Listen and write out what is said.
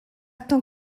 t’en